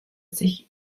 sich